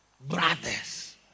brothers